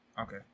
Okay